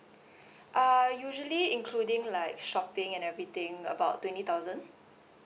uh usually including like shopping and everything about twenty thousand